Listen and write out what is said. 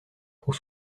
pour